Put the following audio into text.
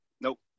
Nope